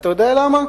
אתה יודע למה?